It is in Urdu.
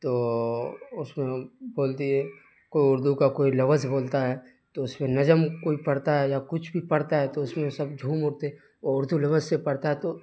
تو اس کو بول دیے کو ئی اردو کا کوئی لوز بولتا ہے تو اس پہ نظم کوئی پڑھتا ہے یا کچھ بھی پڑھتا ہے تو اس میں سب جھوم اٹھتے ہیں وہ اردو لفظ سے پڑھتا ہے تو